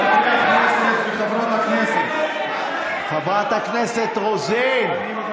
הכנסת, חברת הכנסת רוזין.